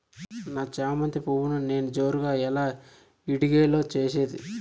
నా చామంతి పువ్వును నేను జోరుగా ఎలా ఇడిగే లో చేసేది?